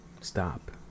stop